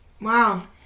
Wow